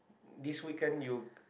this weekend you